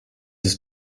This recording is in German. ist